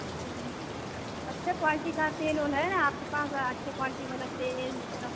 अच्छा अच्छा क्वालिटी का तेल ओल है ना आपके पास अच्छे क्वालिटी वाला तेल या